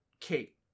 Kate